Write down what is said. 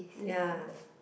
ya